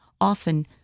Often